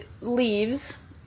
leaves